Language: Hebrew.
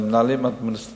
שבעה מנהלים אדמיניסטרטיביים.